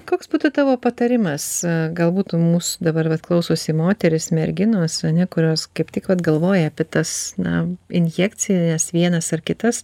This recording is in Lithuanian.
koks būtų tavo patarimas gal būt mūsų dabar vat klausosi moterys merginos ane kurios kaip tik vat galvoja apie tas na injekcijas vienas ar kitas